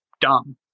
dumb